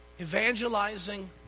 Evangelizing